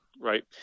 right